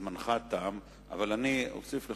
זמנך תם אבל אני אוסיף לך,